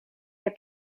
heb